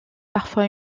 parfois